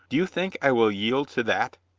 do you think i will yield to that?